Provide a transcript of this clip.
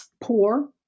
poor